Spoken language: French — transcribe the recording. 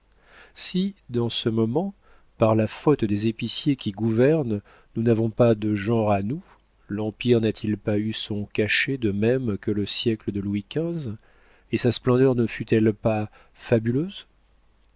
si dans ce moment par la faute des épiciers qui gouvernent nous n'avons pas de genre à nous l'empire n'a-t-il pas eu son cachet de même que le siècle de louis xv et sa splendeur ne fut-elle pas fabuleuse